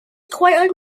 quite